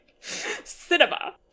cinema